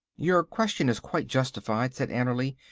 your question is quite justified, said annerly,